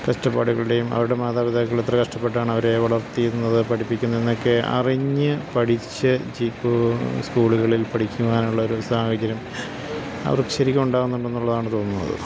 കഷ്ടപ്പാടുകളുടെയും അവരുടെ മാതാപിതാക്കൾ ഇത്ര കഷ്ടപ്പെട്ടാണ് അവരെ വളർത്തിയിരുന്നത് പഠിപ്പിക്കുന്ന എന്നൊക്കെ അറിഞ്ഞ് പഠിച്ച് ജീപ്പ് സ്കൂളുകളിൽ പഠിക്കുവാനുള്ളൊരു സാഹചര്യം അവർ ശരിക്കും ഉണ്ടാകുന്നുണ്ടെന്നുള്ളതാണ് തോന്നുന്നത്